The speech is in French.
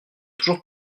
toujours